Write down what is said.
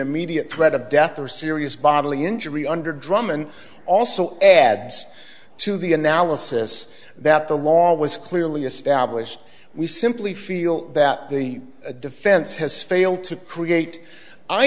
immediate threat of death or serious bodily injury under drummond also adds to the analysis that the law was clearly established we simply feel that the defense has failed to create i